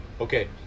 Okay